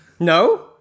No